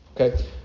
Okay